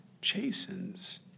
chastens